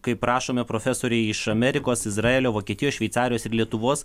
kaip rašome profesoriai iš amerikos izraelio vokietijos šveicarijos ir lietuvos